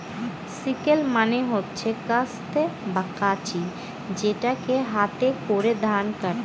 sickle মানে হচ্ছে কাস্তে বা কাঁচি যেটাকে হাতে করে ধান কাটে